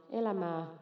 elämää